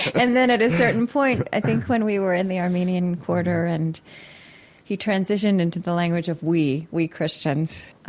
and then at a certain point, i think when we were in the armenian quarter and he transitioned into the language of we we christians,